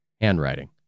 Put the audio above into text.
handwriting